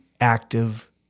active